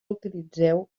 utilitzeu